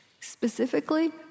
Specifically